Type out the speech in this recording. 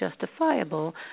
justifiable